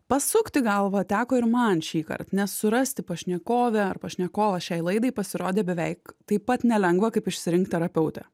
pasukti galvą teko ir man šįkart nes surasti pašnekovę ar pašnekovą šiai laidai pasirodė beveik taip pat nelengva kaip išsirinkt terapeutę